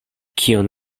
kion